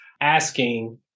asking